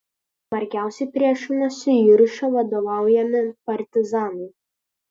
smarkiausiai priešinosi juršio vadovaujami partizanai